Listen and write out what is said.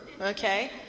okay